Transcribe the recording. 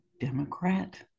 Democrat